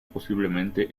posiblemente